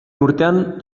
urtean